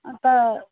अन्त